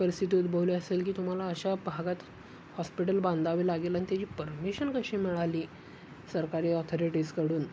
परिस्थिती उद्भवली असेल की तुम्हाला अशा भागात हॉस्पिटल बांधावे लागेल आणि त्याची परमिशन कशी मिळाली सरकारी ऑथॉरिटीजकडून